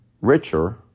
richer